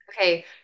Okay